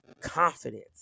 confidence